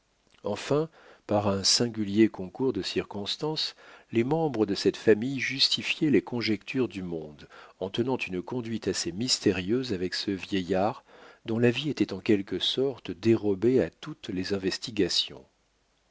enfin par un singulier concours de circonstances les membres de cette famille justifiaient les conjectures du monde en tenant une conduite assez mystérieuse avec ce vieillard dont la vie était en quelque sorte dérobée à toutes les investigations